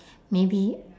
maybe